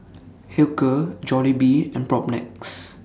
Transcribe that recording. Hilker Jollibee and Propnex